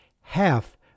half